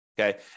Okay